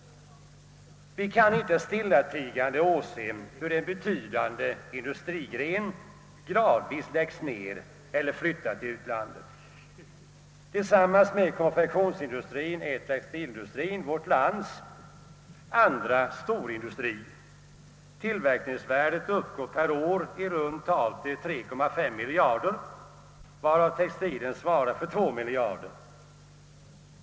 Vi kan inte åse hur en betydande industrigren gradvis läggs ned eller flyttar till utlandet. Tillsammans med konfektionsindustrien är textilindustrien vårt lands andra storindustri. Tillverkningsvärdet uppgår per år till i runt tal 3,5 miljarder, varav textilen svarar för 2 miljarder.